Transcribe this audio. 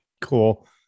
Cool